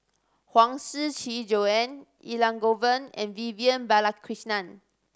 Huang Shiqi Joan Elangovan and Vivian Balakrishnan